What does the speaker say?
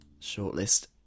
shortlist